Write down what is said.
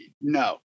No